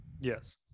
yes